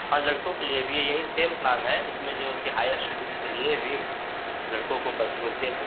हाँ लड़कों के लिए भी या यही सेम प्लान है इसमें जो कि हाईअर स्टडी के लिए भी लड़कों को पैसे मिलते हैं